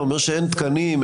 אתה אומר שאין תקנים,